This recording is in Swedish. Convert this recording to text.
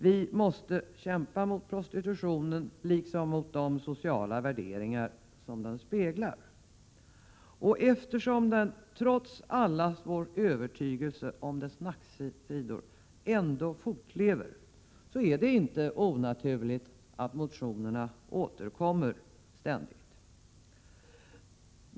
Vi måste kämpa mot prostitutionen liksom mot de sociala värderingar som den speglar. Eftersom prostitutionen ändå fortlever, trots allas vår övertygelse om dess mörka sidor, är det inte onaturligt att motionerna ständigt återkommer.